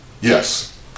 yes